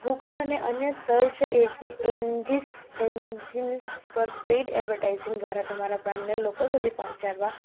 Google અને અન્ય search engines પર પેઇડ એડવર્ટાઈસિંગ દ્વારા તમારા બ્રાન્ડને લોકો સુધી પહોંચાડવા